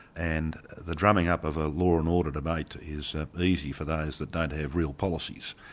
and the drumming up of a law and order debate is easy for those that don't have real policies.